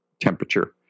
temperature